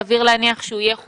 שסביר להניח שהוא יהיה חולה,